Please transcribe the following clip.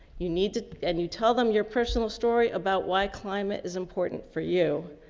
you need to, and you tell them your personal story about why climate is important for you.